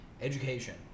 education